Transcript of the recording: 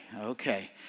Okay